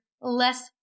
less